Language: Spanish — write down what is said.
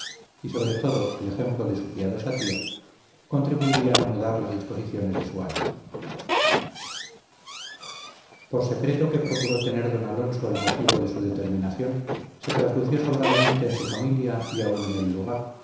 y sobre todo el ejemplo de su piadosa tía contribuirían a mudar las disposiciones de su ánimo por secreto que procuró tener don alonso el motivo de su determinación se traslució sobradamente en su familia y aún en el lugar